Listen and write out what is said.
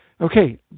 Okay